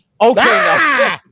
Okay